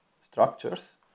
structures